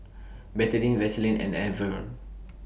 Betadine Vaselin and Enervon